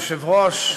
אדוני היושב-ראש,